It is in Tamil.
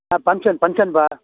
ஆ பங்க்ஷன் பங்க்ஷன்ப்பா